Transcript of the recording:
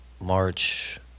March